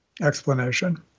explanation